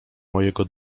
mojego